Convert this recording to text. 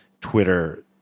Twitter